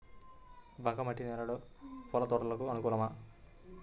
బంక మట్టి నేలలో పూల తోటలకు అనుకూలమా?